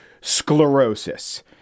sclerosis